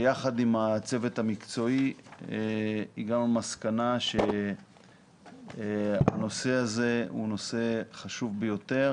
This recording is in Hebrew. יחד עם הצוות המקצועי הגענו למסקנה שהנושא הזה הוא נושא חשוב ביותר